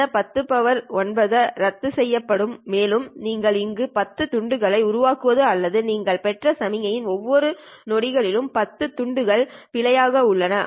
இந்த 10 9 ரத்து செய்யப்படும் மேலும் நீங்கள் இங்கு 10துண்டுகளை உருவாக்குவது அல்லது நீங்கள் பெற்ற சமிக்கையில் ஒவ்வொரு நொடியிலும் 10 துண்டுகள் பிழை ஆக உள்ளன